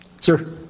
Sir